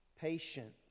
patient